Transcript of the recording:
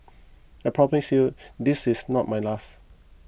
I promise you this is not my last